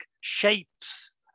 shapes